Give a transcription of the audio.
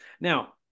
Now